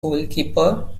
goalkeeper